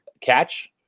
catch